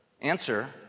Answer